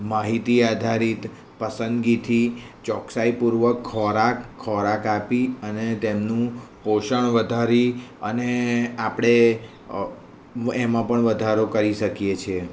માહિતી આધારિત પસંદગીથી ચોકસાઈ પૂર્વક ખોરાક ખોરાક આપી અને તેમનું પોષણ વધારી અને આપણે એમાં પણ વધારો કરી શકીએ છીએ